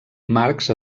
marx